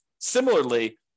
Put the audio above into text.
Similarly